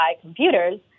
computers